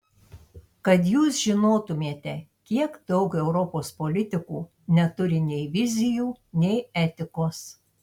kad jūs žinotumėte kiek daug europos politikų neturi nei vizijų nei etikos